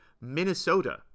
minnesota